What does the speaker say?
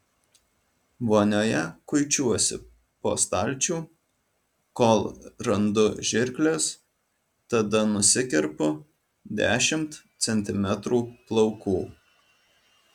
vonioje kuičiuosi po stalčių kol randu žirkles tada nusikerpu dešimt centimetrų plaukų